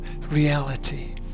reality